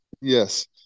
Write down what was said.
Yes